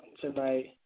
tonight